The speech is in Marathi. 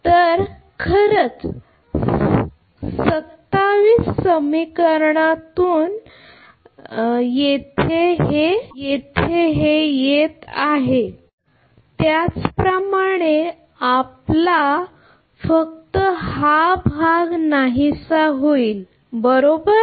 तर हे खरंच 27 समीकरणातून येत आहे त्याचप्रकारे आपला फक्त हा भाग नाहीसा होईल बरोबर